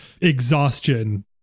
exhaustion